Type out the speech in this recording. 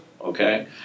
okay